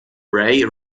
ray